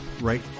right